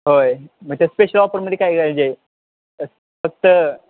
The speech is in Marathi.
होय म्हणजे स्पेशल ऑफरमध्ये काय फक्त